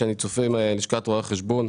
לשכת רואי החשבון.